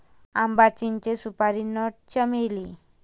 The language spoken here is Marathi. आंबा, चिंचे, सुपारी नट, चमेली